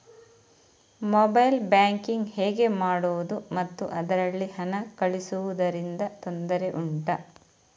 mobile banking ಹೇಗೆ ಮಾಡುವುದು ಮತ್ತು ಅದರಲ್ಲಿ ಹಣ ಕಳುಹಿಸೂದರಿಂದ ತೊಂದರೆ ಉಂಟಾ